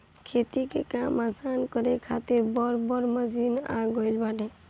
खेती के काम आसान करे खातिर बड़ बड़ मशीन आ गईल बाटे